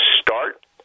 start